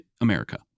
America